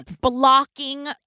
blocking